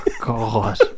God